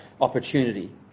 opportunity